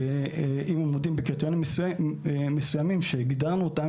שאם הם עומדים בקריטריונים מסוימים שהגדרנו אותם,